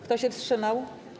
Kto się wstrzymał?